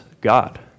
God